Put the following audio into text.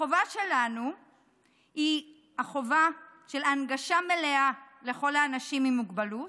החובה שלנו היא חובת ההנגשה המלאה לכל האנשים עם מוגבלות,